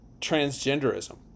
transgenderism